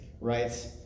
right